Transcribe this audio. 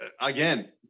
again